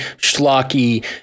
schlocky